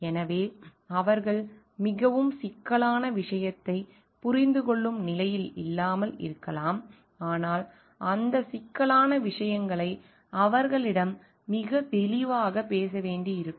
எனவே அவர்கள் மிகவும் சிக்கலான விஷயத்தைப் புரிந்துகொள்ளும் நிலையில் இல்லாமல் இருக்கலாம் ஆனால் அந்த சிக்கலான விஷயங்களை அவர்களிடம் மிகத் தெளிவாகப் பேச வேண்டியிருக்கும்